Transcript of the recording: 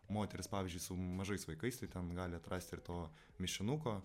moterys pavyzdžiui su mažais vaikais tai ten gali atrast ir to mišinuko